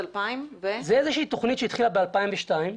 זו תוכנית שהתחילה ב-2002.